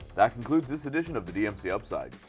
that concludes this edition of the dmc upside.